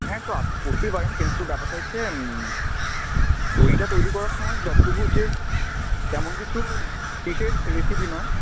হ্যাঁ তো আপনি করতেই পারেন কিন্তু ব্যাপারটা হচ্ছে দইটা তৈরি করার সময় যতটুকু যে তেমন কিছু বিশেষ রেসিপি নয়